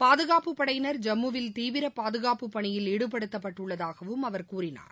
பாதுகாப்புப் படையினர் ஜம்முவில் தீவிர பாதுகாப்புப் பணியில் ஈடுபடுத்தப்பட்டுள்ளதாகவும் அவர் கூறினார்